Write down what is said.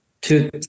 two